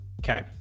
Okay